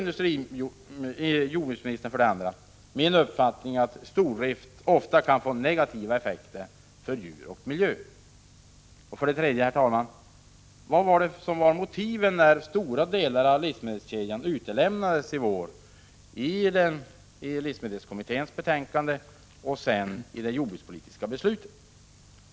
Delar jordbruksministern min uppfattning att stordriften ofta kan få negativa konsekvenser för djur och miljö? 3. Vilka var motiven när stora delar av livsmedelskedjan utelämnades i vår i livsmedelskommitténs betänkande och sedan i det jordbrukspolitiska beslutet?